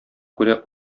күрә